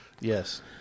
Yes